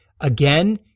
Again